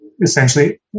essentially